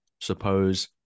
suppose